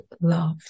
love